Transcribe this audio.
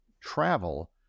travel